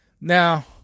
now